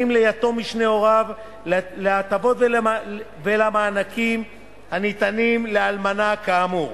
ליתום משני הוריו להטבות ולמענקים הניתנים לאלמנה כאמור.